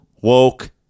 woke